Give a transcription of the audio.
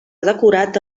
decorat